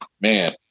man